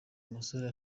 musore